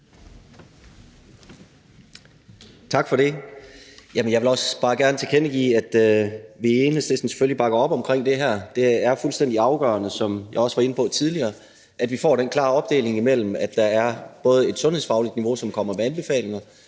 Tak for det. Jeg vil også bare gerne tilkendegive, at vi i Enhedslisten selvfølgelig bakker op omkring det her. Det er fuldstændig afgørende, som jeg også var inde på tidligere, at vi får den klare opdeling mellem et sundhedsfagligt niveau, som kommer med anbefalinger,